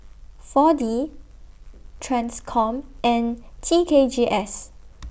four D TRANSCOM and T K G S